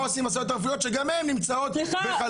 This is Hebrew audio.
מה עושים עם הסייעות הרפואיות שגם הן נמצאות בחל"ת?